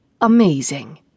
Amazing